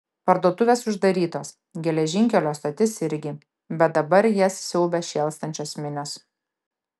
parduotuvės uždarytos geležinkelio stotis irgi bet dabar jas siaubia šėlstančios minios